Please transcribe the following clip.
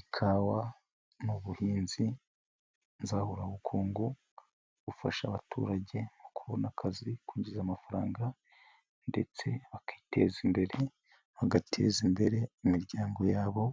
Ikawa ni buhinzi nzahurabukungu bufasha abaturage kubona akazi, kwinjiza amafaranga, ndetse bakiteza imbere bagateza imbere imiryango yabo,